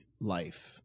life